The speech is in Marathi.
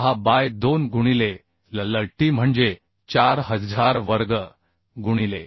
6 बाय 2 गुणिले L L t म्हणजे 4000 वर्ग गुणिले